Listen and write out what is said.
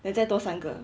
then 再多三个